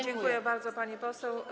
Dziękuję bardzo, pani poseł.